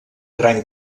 gran